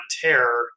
terror